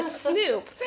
snoop